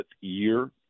year